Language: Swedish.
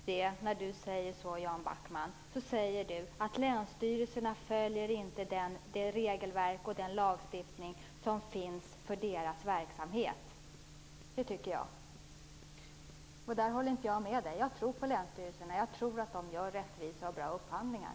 Fru talman! När Jan Backman säger så säger han att länsstyrelserna inte följer det regelverk och den lagstiftning som finns för deras verksamhet. Jag håller inte med. Jag tror på länsstyrelserna. Jag tror att de gör rättvisa och bra upphandlingar.